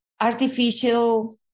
artificial